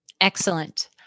Excellent